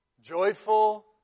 joyful